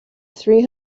three